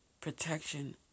Protection